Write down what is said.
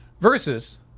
Versus